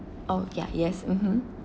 oh ya yes mmhmm